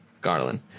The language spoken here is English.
Garland